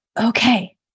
okay